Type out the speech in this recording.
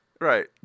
right